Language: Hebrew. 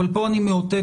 אבל פה אני מאותת